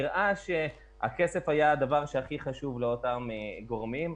נראה שהכסף היה הדבר הכי חשוב לאותם גורמים,